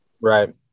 right